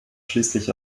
schließlich